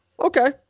okay